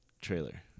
trailer